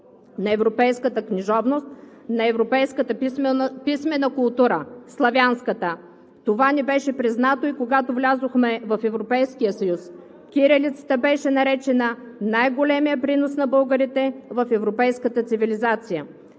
на европейската книжовност, на европейската писмена култура – славянската. Това ни беше признато и когато влизахме в Европейския съюз – кирилицата беше наречена „най-големият принос на българите в европейската цивилизация.“